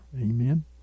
Amen